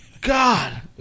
God